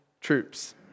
troops